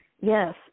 Yes